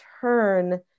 turn